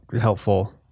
helpful